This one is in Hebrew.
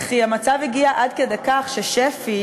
והמצב הגיע עד כדי כך ששפ"י,